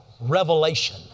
Revelation